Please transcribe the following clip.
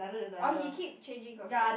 oh he keep changing girlfriend